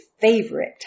favorite